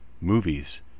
movies